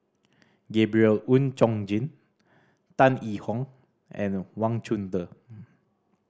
Gabriel Oon Chong Jin Tan Yee Hong and Wang Chunde